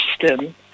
system